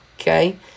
okay